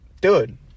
Dude